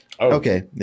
Okay